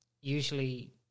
usually